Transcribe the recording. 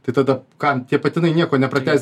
tai tada kam tie patinai nieko nepratęs